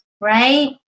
right